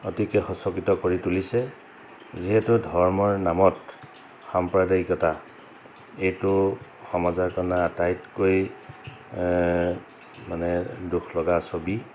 অতিকৈ সচকিত কৰি তুলিছে যিহেতু ধৰ্মৰ নামত সাম্প্ৰদায়িকতা এইটো সমাজৰ কাৰণে আটাইতকৈ মানে দুখলগা ছবি